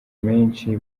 menshi